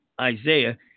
Isaiah